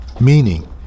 meaning